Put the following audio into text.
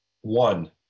one